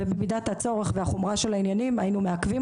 ובמידת הצורך והחומרה של העניינים היינו מעכבים